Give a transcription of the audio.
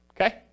Okay